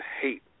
hate